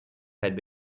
had